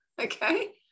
Okay